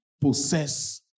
possess